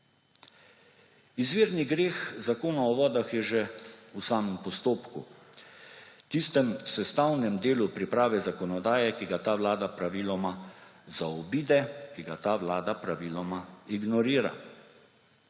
Izvirni greh Zakona o vodah je že v samem postopku, tistem sestavnem delu priprave zakonodaje, ki ga ta vlada praviloma zaobide, ki ga ta vlada praviloma ignorira.